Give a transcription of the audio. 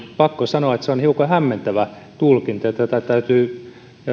pakko sanoa että se on hiukan hämmentävä tulkinta ja tätä täytyy